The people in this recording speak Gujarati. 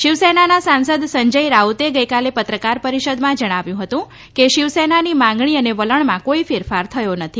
શિવસેનાના સાંસદ સંજય રાઉતે ગઈકાલે પત્રકાર પરિષદમાં જણાવ્યું હતું કે શિવસેનાની માગણી અને વલણમાં કોઈ ફેરફાર થયો નથી